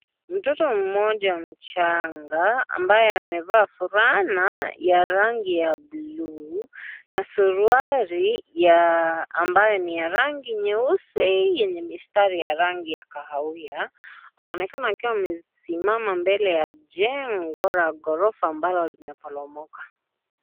Mtoto mmoja mchanga ambaye amevaa fulana ya rangi ya bluu na suruali ambayo ni ya rangi nyeusi yenye misitari ya rangi ya kahawia anaonekana akiwa amesimama mbele ya jengo la gorofa ambalo limeboromoka.